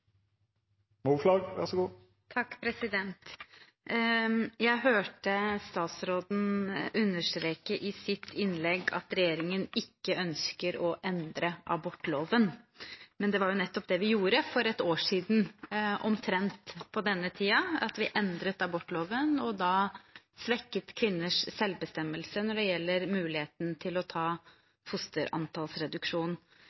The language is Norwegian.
Jeg hørte statsråden understreke i sitt innlegg at regjeringen ikke ønsker å endre abortloven, men det var nettopp det vi gjorde for et år siden, omtrent på denne tiden. Vi endret abortloven og svekket da kvinners selvbestemmelse når det gjelder muligheten til å